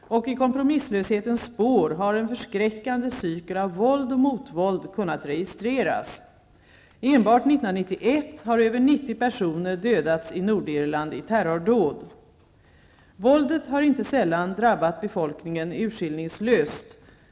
Och i kompromisslöshetens spår har en förskräckande cykel av våld och motvåld kunnat registreras. Enbart 1991 har över 90 personer dödats i Nordirland i terrordåd. Våldet har inte sällan drabbat befolkningen urskillningslöst.